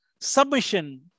submission